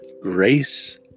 Grace